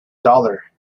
dollar